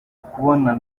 ukubona